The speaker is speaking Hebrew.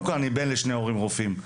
קודם כול, אני בן לשני הורים רופאים.